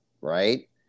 right